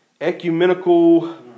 ecumenical